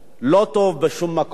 לא טוב בשום מקום,